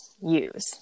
use